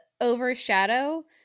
overshadow